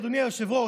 אדוני היושב-ראש,